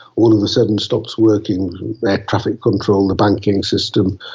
one of the seven stops working, air traffic control, the banking system,